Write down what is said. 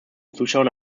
zuschauern